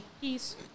Peace